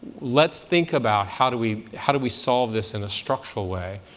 let's think about how do we how do we solve this in a structural way.